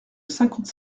cinquante